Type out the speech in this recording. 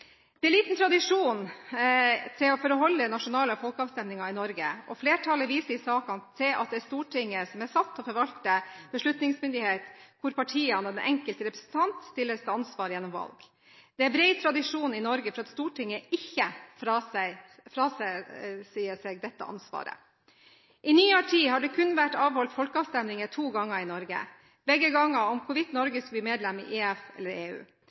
Det er liten tradisjon for å avholde nasjonale folkeavstemninger i Norge, og flertallet viser i saken til at det er Stortinget som er satt til å forvalte beslutningsmyndighet hvor partiene og den enkelte representant stilles til ansvar gjennom valg. Det er bred tradisjon i Norge for at Stortinget ikke frasier seg dette ansvaret. I nyere tid har det kun vært avholdt folkeavstemninger to ganger i Norge og begge gangene om hvorvidt Norge skulle bli medlem i EF eller EU.